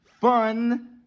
Fun